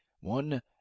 one